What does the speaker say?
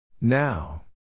now